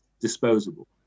disposable